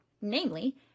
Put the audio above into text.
namely